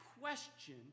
question